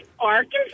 Arkansas